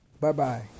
Bye-bye